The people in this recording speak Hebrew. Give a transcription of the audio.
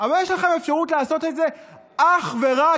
אבל יש לכם אפשרות לעשות את זה אך ורק